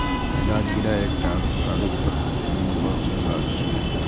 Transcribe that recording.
राजगिरा एकटा अल्पकालिक बरमसिया गाछ छियै